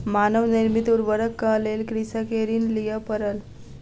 मानव निर्मित उर्वरकक लेल कृषक के ऋण लिअ पड़ल